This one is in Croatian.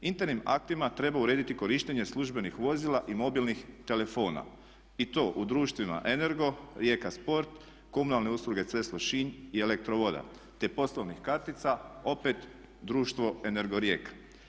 Internim aktima treba urediti korištenje službenih vozila i mobilnih telefona i to u društvima Energo, Rijeka Sport, Komunalne usluge Cres Lošinj i ELEKTRO-VODA, te poslovnih kartica opet društvo Energo Rijeka.